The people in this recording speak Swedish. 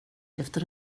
efter